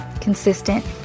consistent